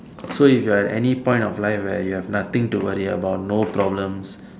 so if you are at any point of life where you have nothing to worry about no problems